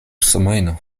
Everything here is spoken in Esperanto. semajno